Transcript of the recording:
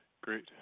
great